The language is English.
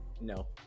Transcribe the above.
no